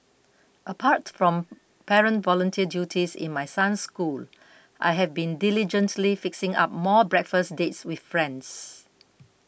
apart from parent volunteer duties in my son's school I have been diligently fixing up more breakfast dates with friends